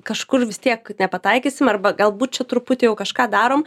kažkur vis tiek nepataikysim arba galbūt čia truputį jau kažką darom